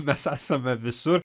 mes esame visur